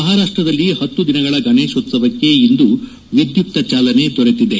ಮಹಾರಾಷ್ಟ್ದಲ್ಲಿ ಹತ್ತು ದಿನಗಳ ಗಣೇಶೋತ್ವವಕ್ಕೆ ಇಂದು ವಿಧ್ಯುಕ್ತ ಚಾಲನೆ ದೊರೆತಿದೆ